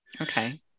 okay